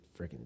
freaking